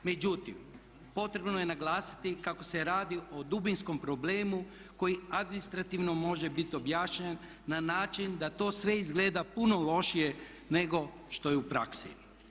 Međutim, potrebno je naglasiti kako se radi o dubinskom problemu koji administrativno može biti objašnjen na način da to sve izgleda puno lošije nego što je u praksi.